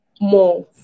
more